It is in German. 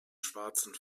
schwarzen